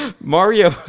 Mario